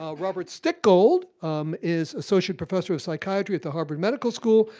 um robert stickgold um is associate professor of psychiatry at the harvard medical school,